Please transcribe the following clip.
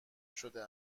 شده